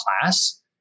class